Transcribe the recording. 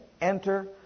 enter